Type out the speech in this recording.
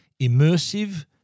Immersive